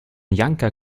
janka